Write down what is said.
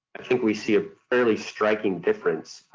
i think we see a fairly striking difference.